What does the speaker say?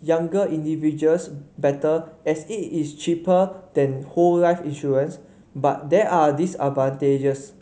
younger individuals better as it is cheaper than whole life insurance but there are disadvantages